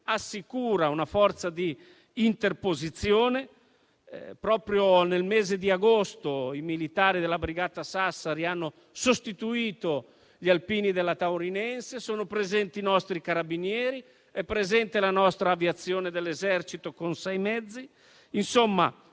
assicura una forza di interposizione. Proprio nel mese di agosto i militari della Brigata Sassari hanno sostituito gli alpini della Taurinense; inoltre sono presenti i nostri Carabinieri e la nostra Aviazione dell'Esercito con sei mezzi. Insomma,